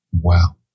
Wow